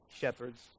shepherds